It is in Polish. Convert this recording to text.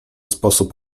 sposób